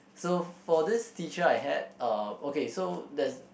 so for this teacher I had uh okay so there's